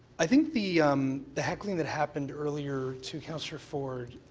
i think the um the hecklng that happened earlier to councillor ford.